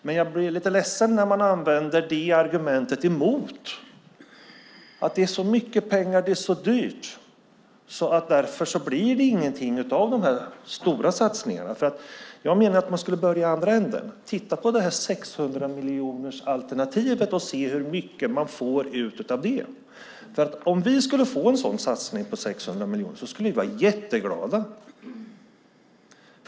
Men jag blir lite ledsen när man använder det argumentet emot och säger att det är så mycket pengar och så dyrt och därför blir det ingenting av de här stora satsningarna. Jag menar att man skulle börja i andra änden och titta på 600-miljonersalternativet och se hur mycket man får ut av det. Om vi skulle få en satsning på 600 miljoner skulle vi vara jätteglada.